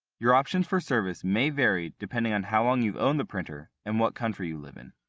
your options for service may vary depending on how long you've owned the printer and what country you live in.